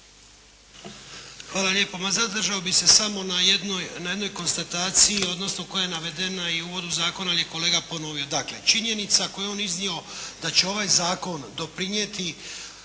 Hvala lijepo. Ma zadržao bih se samo na jednoj konstataciji, odnosno koja je navedena i u uvodu zakona, ali je kolega ponovio. Dakle činjenica koju je on iznio da će ovaj zakon doprinijeti